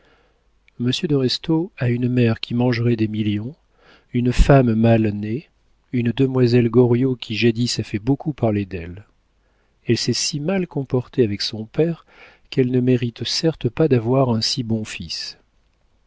monsieur de restaud a une mère qui mangerait des millions une femme mal née une demoiselle goriot qui jadis a fait beaucoup parler d'elle elle s'est si mal comportée avec son père qu'elle ne mérite certes pas d'avoir un si bon fils